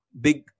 big